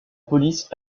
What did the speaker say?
police